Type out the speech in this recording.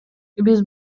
биз